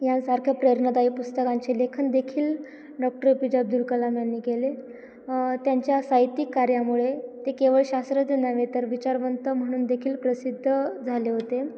यांसारख्या प्रेरणादायी पुस्तकांचे लेखन देखील doctor A P J Abdul Kalam यांनी केले त्यांच्या साहित्यिक कार्यामुळे ते केवळ शास्रज्ञ नव्हे तर विचारवंत म्हणून देखील प्रसिद्ध झाले होते